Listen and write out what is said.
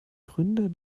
gründer